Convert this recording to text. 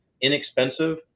inexpensive